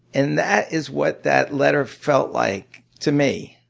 and that is what that letter felt like to me.